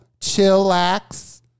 chillax